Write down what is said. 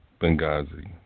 Benghazi